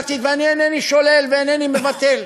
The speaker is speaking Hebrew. ואיני שולל ואינני מבטל,